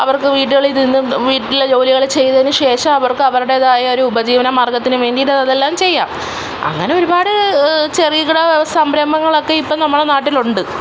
അവർക്ക് വീടുകളിൽ നിന്ന് വീട്ടിലെ ജോലികൾ ചെയ്തതിന് ശേഷം അവർക്ക് അവരുടേതായൊരു ഉപജീവനമാർഗ്ഗത്തിന് വേണ്ടി ഇതെല്ലാം ചെയ്യാം അങ്ങനെ ഒരുപാട് ചെറുകിട സംരഭങ്ങളൊക്കെ ഇപ്പം നമ്മുടെ നാട്ടിലുണ്ട്